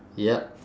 yup